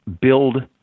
build